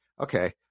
okay